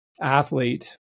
athlete